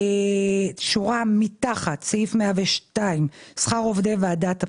שורה מתחת, סעיף 102, שכר עובדי ועדת הבחירות,